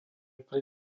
pri